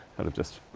kind of just,